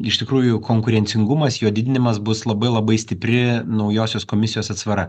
iš tikrųjų konkurencingumas jo didinimas bus labai labai stipri naujosios komisijos atsvara